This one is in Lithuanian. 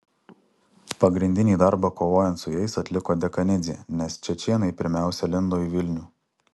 pagrindinį darbą kovojant su jais atliko dekanidzė nes čečėnai pirmiausia lindo į vilnių